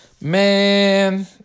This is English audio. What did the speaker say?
man